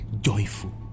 joyful